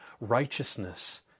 righteousness